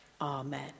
Amen